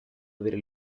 avere